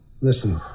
listen